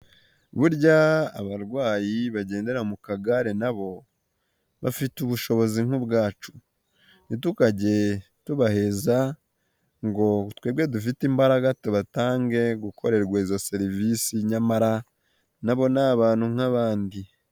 Burya abarwayi bagendera mu kagare na bo bafite ubushobozi nk'ubwacu. Ntitukage tubaheza ngo twebwe dufite imbaraga tubatange gukorerwa izo serivisi nyamara na bo ni abantu nk'abandi.